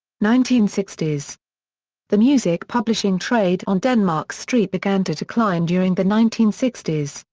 nineteen sixty s the music publishing trade on denmark street began to decline during the nineteen sixty s,